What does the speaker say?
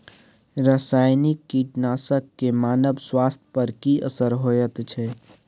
रसायनिक कीटनासक के मानव स्वास्थ्य पर की असर होयत छै?